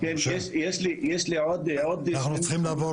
יש לי עוד שני מתחמים